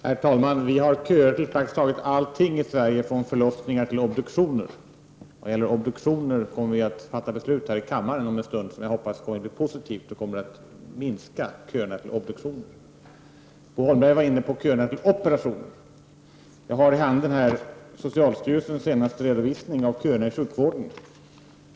Herr talman! Vi har köer till praktiskt taget allting i Sverige från förlossningar till obduktioner. Vad gäller obduktioner kommer vi här i kammaren om en stund att fatta beslut, som jag hoppas får ett positivt resultat och minskar köerna till obduktioner. Bo Holmberg var inne på köerna till operationer. Jag har här i handen socialstyrelsens senaste redovisning av köerna inom sjukvården.